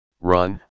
run